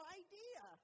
idea